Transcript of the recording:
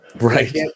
Right